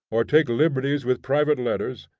or take liberties with private letters,